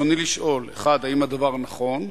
רצוני לשאול: 1. האם הדבר נכון?